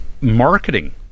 marketing